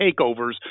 takeovers